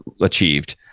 achieved